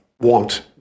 want